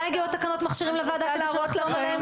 מתי הגיעו תקנות מכשירים לוועדה כדי שנחתום עליהן?